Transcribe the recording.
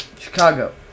Chicago